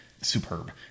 superb